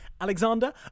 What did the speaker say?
Alexander